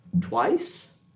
Twice